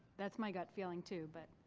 that's my gut feeling too, but.